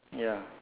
ya